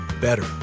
better